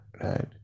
right